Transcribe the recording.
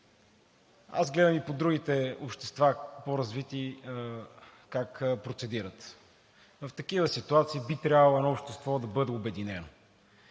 аз гледам и по другите общества как процедират. В такива ситуации би трябвало едно общество да бъде обединено